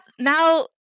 now